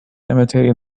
imitating